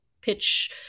pitch